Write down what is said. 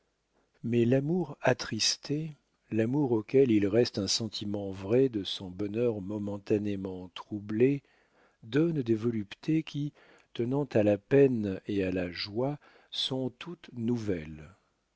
mais l'amour attristé l'amour auquel il reste un sentiment vrai de son bonheur momentanément troublé donne des voluptés qui tenant à la peine et à la joie sont toutes nouvelles